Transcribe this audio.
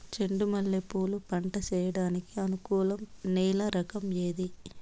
చెండు మల్లె పూలు పంట సేయడానికి అనుకూలం నేల రకం ఏది